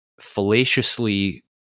fallaciously